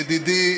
ידידי